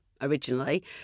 originally